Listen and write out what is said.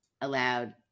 allowed